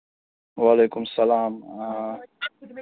وعلیکُم سَلام آ